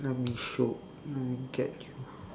let me show let me get you